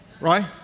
Right